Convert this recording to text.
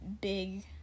big